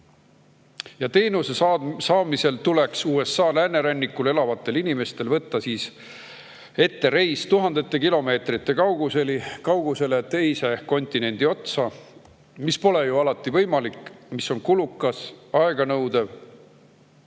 Teenuse saamiseks tuleks USA läänerannikul elavatel inimestel võtta ette reis tuhandete kilomeetrite kaugusele kontinendi teise otsa, aga see pole ju alati võimalik, see on kulukas ja aeganõudev.